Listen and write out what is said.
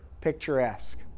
picturesque